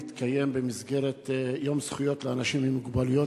במסגרת יום זכויות לאנשים עם מוגבלויות,